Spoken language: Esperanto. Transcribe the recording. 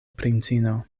princino